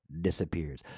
Disappears